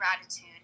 gratitude